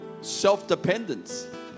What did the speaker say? self-dependence